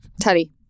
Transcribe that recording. Teddy